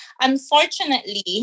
Unfortunately